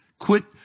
Quit